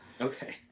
Okay